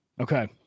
Okay